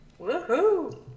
Woohoo